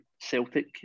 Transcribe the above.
Celtic